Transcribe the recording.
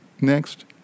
next